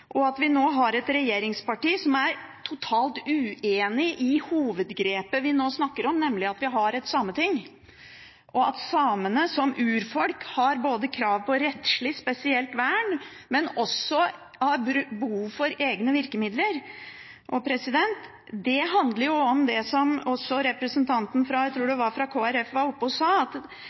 og at vi nå har et regjeringsparti som er totalt uenig i hovedgrepet vi snakker om, nemlig at vi har et sameting, og at samene som urfolk har krav på både rettslig spesielt vern og behov for egne virkemidler. Det handler også om det som representanten fra Kristelig Folkeparti – tror jeg det var – var oppe og sa, at